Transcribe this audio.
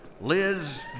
Liz